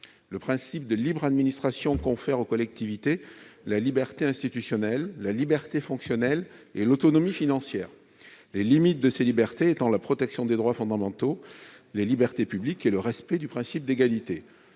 Le premier principe confère aux collectivités la liberté institutionnelle, la liberté fonctionnelle et l'autonomie financière, les limites de ces libertés étant la protection des droits fondamentaux, les libertés publiques et le respect du principe d'égalité.